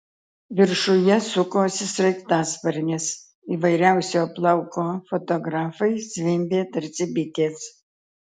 viršuje sukosi sraigtasparnis įvairiausio plauko fotografai zvimbė tarsi bitės